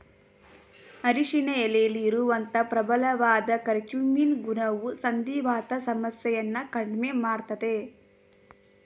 ಅರಿಶಿನ ಎಲೆಲಿ ಇರುವಂತ ಪ್ರಬಲವಾದ ಕರ್ಕ್ಯೂಮಿನ್ ಗುಣವು ಸಂಧಿವಾತ ಸಮಸ್ಯೆಯನ್ನ ಕಡ್ಮೆ ಮಾಡ್ತದೆ